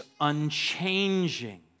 unchanging